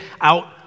out